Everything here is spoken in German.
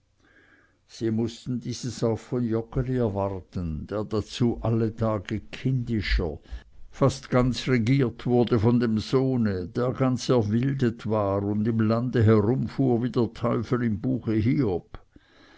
sie mußten dieses auch von joggeli erwarten der dazu alle tage kindischer fast ganz regiert wurde von dem sohne der ganz erwildet war und im lande herumfuhr wie der teufel im buche hiob